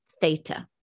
theta